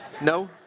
No